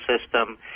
system